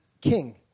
King